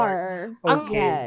okay